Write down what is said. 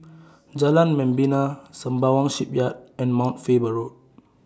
Jalan Membina Sembawang Shipyard and Mount Faber Road